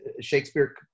Shakespeare